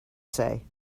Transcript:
say